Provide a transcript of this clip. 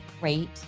great